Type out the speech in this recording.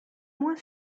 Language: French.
moins